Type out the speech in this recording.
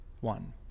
one